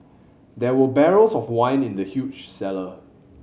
there were barrels of wine in the huge cellar